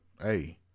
Hey